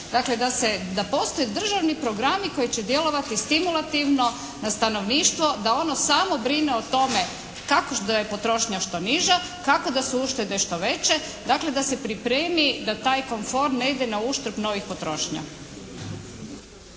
da se, da postoje državni programi koji će djelovati stimulativno na stanovništvo da ono samo brine o tome kako da je potrošnja što niža, kako da su uštede što veće. Dakle da se pripremi da taj komfor ne ide na uštrb novih potrošnja.